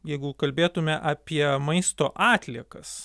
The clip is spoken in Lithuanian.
jeigu kalbėtume apie maisto atliekas